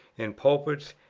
in pulpits,